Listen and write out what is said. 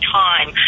time